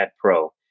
Pro